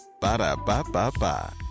Ba-da-ba-ba-ba